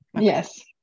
Yes